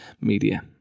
media